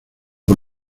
por